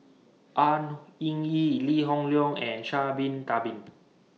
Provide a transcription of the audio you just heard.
An Hing Yee Lee Hoon Leong and Sha'Ari Bin Tadin